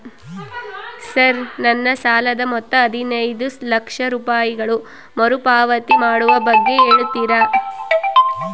Sir ನನ್ನ ಸಾಲದ ಮೊತ್ತ ಹದಿನೈದು ಲಕ್ಷ ರೂಪಾಯಿಗಳು ಮರುಪಾವತಿ ಮಾಡುವ ಬಗ್ಗೆ ಹೇಳ್ತೇರಾ?